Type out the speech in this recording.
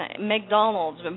McDonald's